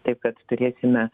taip kad turėsime